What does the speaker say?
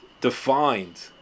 defined